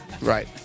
Right